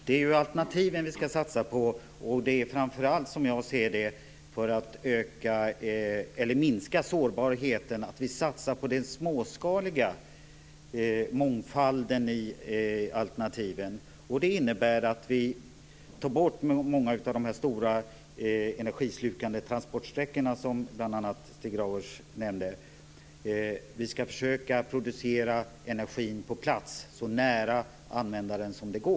Fru talman! Det är ju alternativen vi skall satsa på, och det beror framför allt, som jag ser det, på att vi skall minska sårbarheten. Vi skall satsa på det småskaliga, mångfalden i alternativen. Det innebär att vi tar bort många av de stora energislukande transportsträckor som Stig Grauers nämnde. Vi skall försöka att producera energin på plats, så nära användaren som det går.